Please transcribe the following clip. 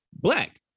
black